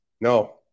No